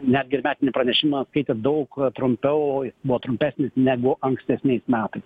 netgi ir metinį pranešimą skaitė daug trumpiau jis buvo trumpesnis negu ankstesniais metais